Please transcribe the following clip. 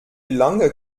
lange